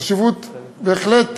חשיבות בהחלט